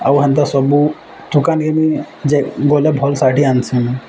ଆଉ ହେନ୍ତା ସବୁ ଠୁକାମି ଯେ ଗଲେ ଭଲ୍ ଶାଢ଼ୀ ଆନ୍ସି ମୁଇଁ